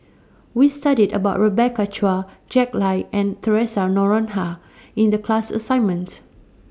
We studied about Rebecca Chua Jack Lai and Theresa Noronha in The class assignment